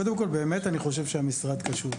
קודם כול, אני באמת חושב שהמשרד קשוב.